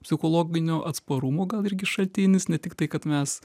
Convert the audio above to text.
psichologinio atsparumo gal irgi šaltinis ne tiktai kad mes